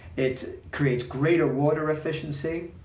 it creates greater water efficiency,